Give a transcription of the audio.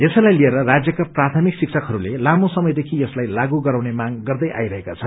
यसैलाई लिएर राज्यका प्राथमिक शिक्षकहरूले लामो समयदेखि यसलाई लागू गराउने मांग गर्दै आइरहेका छन्